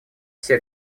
все